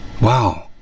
wow